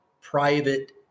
private